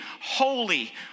holy